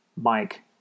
Mike